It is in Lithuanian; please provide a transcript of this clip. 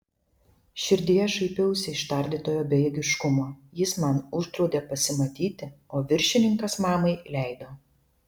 širdyje šaipiausi iš tardytojo bejėgiškumo jis man uždraudė pasimatyti o viršininkas mamai leido